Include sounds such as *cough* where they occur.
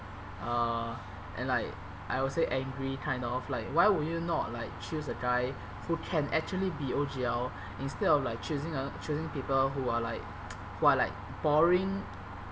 uh and like I would say angry kind of like why would you not like choose a guy who can actually be O_G_L instead of like choosing a choosing people who are like *noise* who are like boring